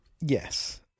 Yes